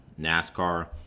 NASCAR